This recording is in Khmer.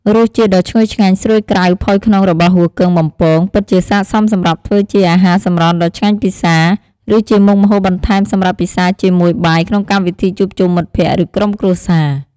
រសជាតិដ៏ឈ្ងុយឆ្ងាញ់ ស្រួយក្រៅ ផុយក្នុង របស់ហ៊ូគឹងបំពង ពិតជាស័ក្តិសមសម្រាប់ធ្វើជាអាហារសម្រន់ដ៏ឆ្ងាញ់ពិសា ឬជាមុខម្ហូបបន្ថែមសម្រាប់ពិសាជាមួយបាយក្នុងកម្មវិធីជួបជុំមិត្តភក្តិ ឬក្រុមគ្រួសារ។